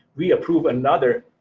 we approve another